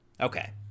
Okay